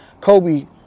Kobe